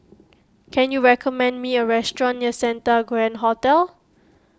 can you recommend me a restaurant near Santa Grand Hotel